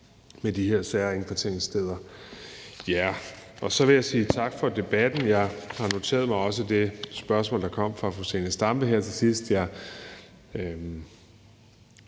med de her særindkvarteringssteder. Så vil jeg sige tak for debatten. Jeg har også noteret mig det spørgsmål, der kom fra fru Zenia Stampe her til sidst.